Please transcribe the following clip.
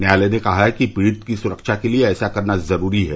न्यायालय ने कहा है कि पीड़ित की सुरक्षा के लिए ऐसा करना ज़रूरी है